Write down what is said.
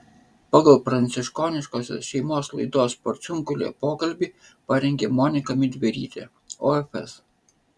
pagal pranciškoniškosios šeimos laidos porciunkulė pokalbį parengė monika midverytė ofs